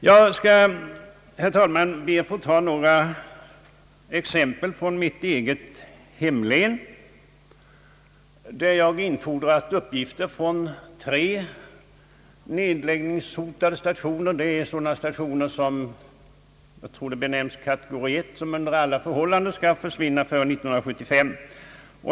Jag skall, herr talman, be att få nämna några exempel från mitt eget hemlän, där jag infordrat uppgifter från tre nedläggningshotade stationer. Det är sådana stationer som benämns »kategori 1» och som under alla förhållanden skall försvinna före 1975.